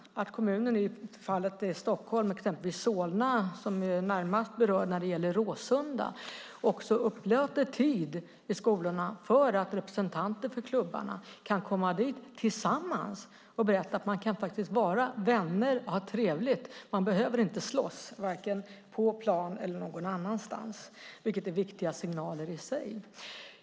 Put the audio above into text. Att i fallet Stockholm exempelvis Solna, som är närmast berörd när det gäller Råsunda, också upplåter tid i skolorna så att representanter för klubbarna kan komma dit tillsammans och berätta att man faktiskt kan vara vänner och ha trevligt. Man behöver inte slåss, varken på plan eller någon annanstans, vilket är viktiga signaler i sig.